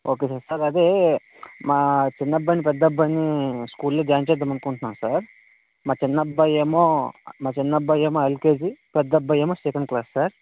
okay సరే అదే మా చిన్న అబ్బాయిని పెద్ద అబ్బాయిని స్కూల్లో జాయిన్ చేద్దామనుకుంటున్నాను సార్ మా చిన్నబ్బాయి ఏమో చిన్నబ్బాయేమో ఎల్కెజి పెద్దబ్బాయి ఏమో సెకండ్ క్లాస్ సార్